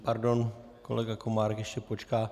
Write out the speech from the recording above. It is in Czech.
Pardon, kolega Komárek ještě počká.